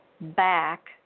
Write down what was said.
back